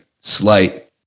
slight